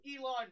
Elon